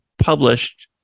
published